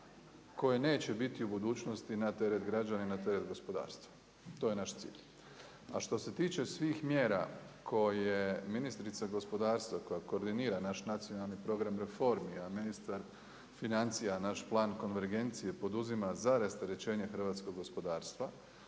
koje neće biti u budućnosti na teret građana i na teret gospodarstva. To je naš cilj. A što se tiče svih mjera koje ministrica gospodarstva koja koordinira naš nacionalni program reformi, a ministar financija naš plan konvergencije poduzima za rasterećenje hrvatskog gospodarstva,